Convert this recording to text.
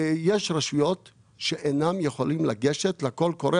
יש רשויות שאינן יכולות לגשת לקול קורא,